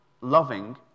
loving